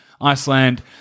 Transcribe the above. Iceland